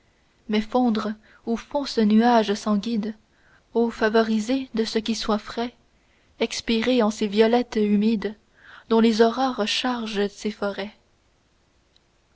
mais fondre où fond ce nuage sans guide oh favorisé de ce qui soit frais expirer en ces violettes humides dont les aurores chargent ces forêts